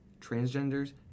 transgenders